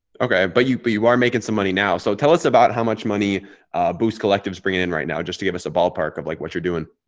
okay, but you but you are making some money now. so tell us about how much money boost collectives bringing in right now just to give us a ballpark of like what you're doing?